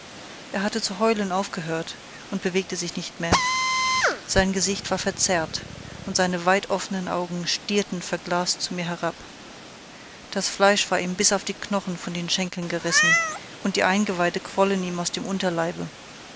er hatte zu heulen aufgehört und bewegte sich nicht mehr sein gesicht war verzerrt und seine weit offenen augen stierten verglast zu mir herab das fleisch war ihm bis auf die knochen von den schenkeln gerissen und die eingeweide quollen ihm aus dem unterleibe